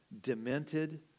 demented